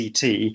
CT